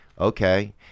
okay –